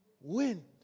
wind